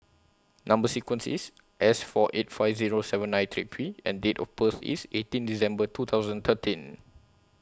Number sequence IS S four eight five Zero seven nine three P and Date of birth IS eighteen December two thousand thirteen